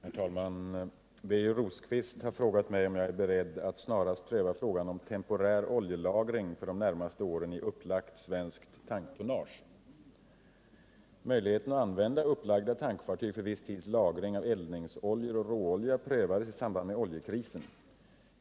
Herr talman! Birger Rosqvist har frågat mig om jag är beredd att snarast pröva frågan om temporär oljelagring för de närmaste åren i upplagt svenskt tanktonnage. Möjligheten att använda upplagda tankfartyg för viss tids lagring av Om lagring av olja i upplagt tanktonnage eldningsoljor och råolja prövades i samband med oljekrisen.